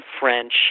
French